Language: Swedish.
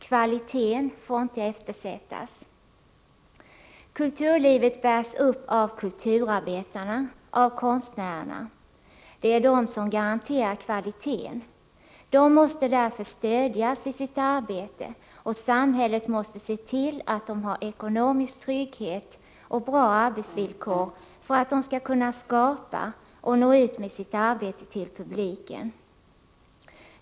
Kvaliteten får inte eftersättas. Kulturlivet bärs upp av kulturarbetarna, av konstnärerna. Det är de som garanterar kvaliteten. De måste därför stödjas i sitt arbete, och samhället måste se till att de har ekonomisk trygghet och bra arbetsvillkor för att de skall kunna skapa och nå ut med sitt arbete till publiken.